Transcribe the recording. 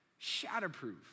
shatterproof